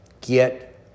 get